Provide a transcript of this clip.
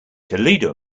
toledo